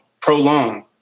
prolong